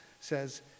says